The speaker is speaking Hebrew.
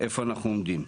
איפה אנחנו עומדים.